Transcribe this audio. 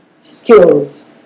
skills